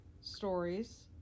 stories